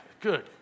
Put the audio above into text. Good